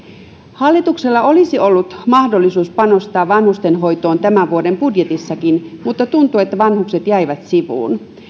hallituksella olisi ollut mahdollisuus panostaa vanhustenhoitoon tämän vuoden budjetissakin mutta tuntuu että vanhukset jäivät sivuun